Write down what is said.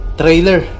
trailer